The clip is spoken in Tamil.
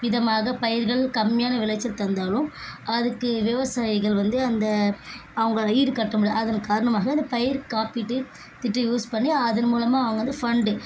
விதமாக பயிர்கள் கம்மியான விளைச்சல் தந்தாலும் அதுக்கு விவசாயிகள் வந்து அந்த அவங்க ஈடுக்கட்ட முடியாது அதன் காரணமாக அந்த பயிர் காப்பீட்டு திட்டம் யூஸ் பண்ணி அதன் மூலமாக அவங்க வந்து ஃபண்ட்டு